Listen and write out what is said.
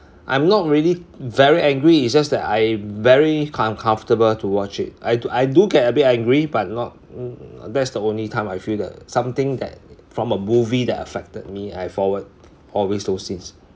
I'm not really very angry it's just that I'm very uncomfortable to watch it I do I do get a bit angry but not that's the only time I feel the something that from a movie that affected me I forward always those scenes